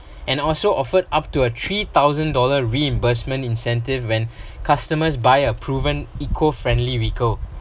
and also offered up to a three thousand dollar reimbursement incentive when customers buy a proven eco-friendly vehicle